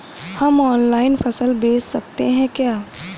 हम ऑनलाइन फसल बेच सकते हैं क्या?